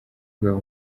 rwego